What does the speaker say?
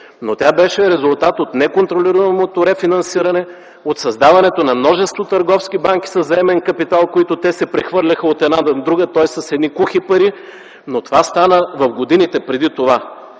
но беше резултат от неконтролируемото рефинансиране, от създаването на множество търговски банки със заемен капитал, който те си прехвърляха от една на друга, тоест с едни кухи пари. Това стана в годините преди това.